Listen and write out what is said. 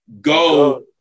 go